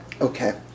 Okay